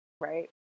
right